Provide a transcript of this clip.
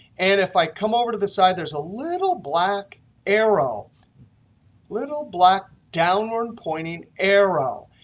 and if i come over to the side, there's a little black arrow little black downward-pointing arrow.